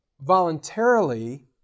voluntarily